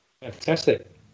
Fantastic